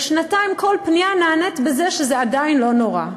ושנתיים כל פנייה נענית בזה שזה עדיין לא נורא.